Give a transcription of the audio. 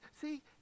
See